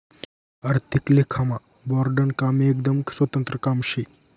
आर्थिक लेखामा बोर्डनं काम एकदम स्वतंत्र काम शे